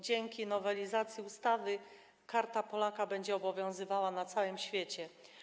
Dzięki nowelizacji ustawy Karta Polaka będzie obowiązywała na całym świecie.